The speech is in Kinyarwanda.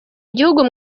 igihugu